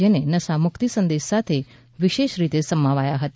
જેને નશા મુક્તી સંદેશ સાથે વિશેષ રીતે સમાવાયા હતા